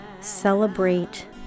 celebrate